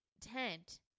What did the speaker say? tent